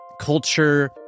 culture